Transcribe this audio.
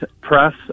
press